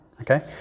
okay